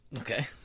Okay